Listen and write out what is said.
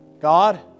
God